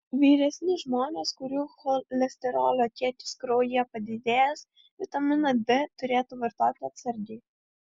vyresni žmonės kurių cholesterolio kiekis kraujyje padidėjęs vitaminą d turėtų vartoti atsargiai